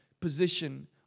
position